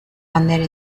bandera